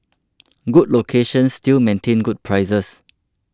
good locations still maintain good prices